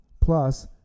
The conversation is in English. plus